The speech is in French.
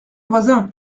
voisin